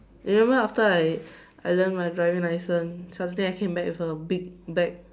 remember after I I learn my driving license suddenly I came back with a big bag